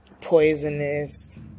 poisonous